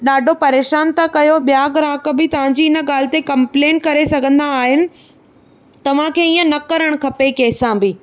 ॾाढो परेशान था कयो ॿियां ग्राहक बि तव्हांजी इन ॻाल्हि ते कंप्लेंट करे सघंदा आहिनि तव्हांखे ईअं न करणु खपे कंहिं सां बि